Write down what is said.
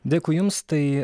dėkui jums tai